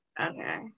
okay